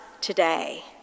today